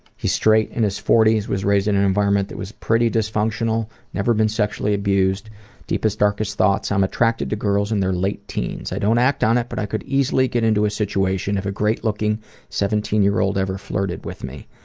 he straight in his forty s was raised in an environment that was pretty dysfunctional. never been sexually abused deepest darkest thoughts? i'm attracted to girls in their late teens. i don't act on it that but i could easily get into a situation of a great-looking seventeen year old ever flirted with me.